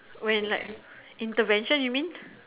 when like intervention you mean